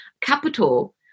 capital